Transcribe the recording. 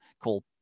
called